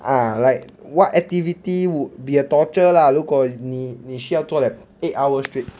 ah like what activity would be a torture lah 如果你你需要做 liao eight hours straight